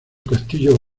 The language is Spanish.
castillo